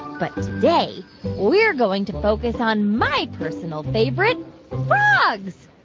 but today we're going to focus on my personal favorite frogs.